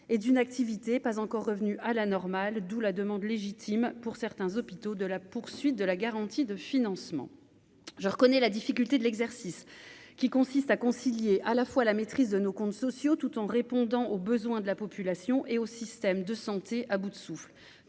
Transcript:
et d'une activité pas encore revenue à la normale, d'où la demande légitime pour certains hôpitaux de la poursuite de la garantie de financement, je reconnais la difficulté de l'exercice qui consiste à concilier à la fois la maîtrise de nos comptes sociaux, tout en répondant aux besoins de la population et au système de santé à bout de souffle,